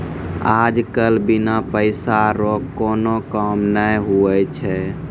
आज कल बिना पैसा रो कोनो काम नै हुवै छै